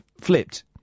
flipped